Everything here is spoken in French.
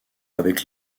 avec